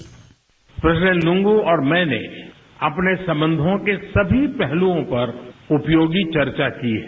bite president Lungu और मैंने अपने संबंधों के सभी पहलुओं पर उपयोगी चर्चा की है